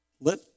let